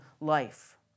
life